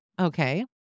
Okay